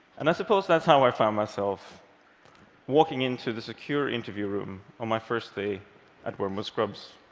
and i suppose that's how i found myself walking into the secure interview room on my first day at wormwood scrubs.